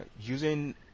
using